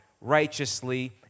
righteously